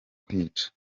kwica